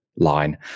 Line